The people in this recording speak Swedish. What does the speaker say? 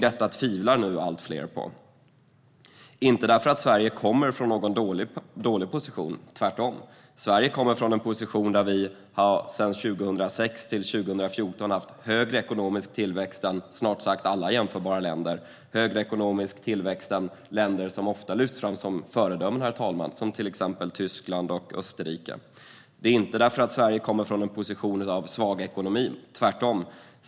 Detta tvivlar nu allt fler på. De gör det inte därför att Sverige kommer från en dålig position, tvärtom. Sverige kommer från en position där vi från 2006 till 2014 haft en högre ekonomisk tillväxt än snart sagt alla jämförbara länder och högre ekonomisk tillväxt än länder som ofta lyfts fram som föredömen, till exempel Tyskland och Österrike. De gör det inte därför att Sverige kommer från en position av svag ekonomi, tvärtom.